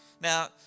Now